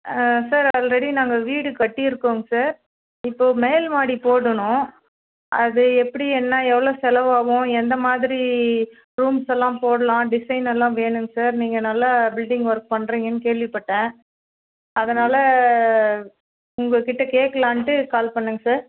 sir already நாங்கள் வீடு கட்டி இருக்கோங்க சார் இப்போது மேல் மாடி போடணும் அது எப்படி என்ன எவ்வளோ செலவாகும் எந்த மாதிரி ரூம்ஸ் எல்லாம் போடலாம் டிசைன் எல்லாம் வேணுங்க சார் நீங்கள் நல்லா பில்டிங் ஒர்க் பண்றீங்கன்னு கேள்விப்பட்டேன் அதனால் உங்கக்கிட்டே கேட்கலான்ட்டு கால் பண்ணேங்க சார்